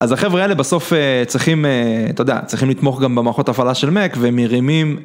אז החבר'ה האלה בסוף צריכים, אתה יודע, צריכים לתמוך גם במערכות הפעלה של מק ומרימים.